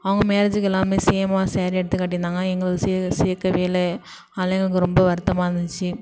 அவங்க மேரேஜிக்கு எல்லாருமே சேம்மாக சாரீ எடுத்து கட்டியிருந்தாங்க எங்களை சே சேர்க்கவே இல்லை அதனால் எங்களுக்கு ரொம்ப வருத்தமாக இருந்துச்சு